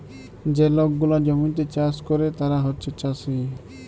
যে লক গুলা জমিতে চাষ ক্যরে তারা হছে চাষী